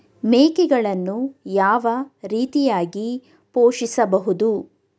ಮೇಕೆಗಳನ್ನು ಯಾವ ರೀತಿಯಾಗಿ ಪೋಷಿಸಬಹುದು?